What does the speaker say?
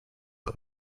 was